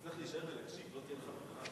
אל תעשה, דבר אמת.